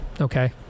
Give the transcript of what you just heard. okay